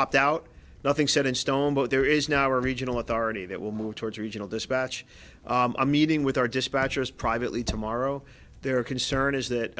opt out nothing set in stone but there is now regional authority that will move towards regional dispatch a meeting with our dispatchers privately tomorrow their concern is that